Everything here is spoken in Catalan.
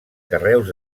carreus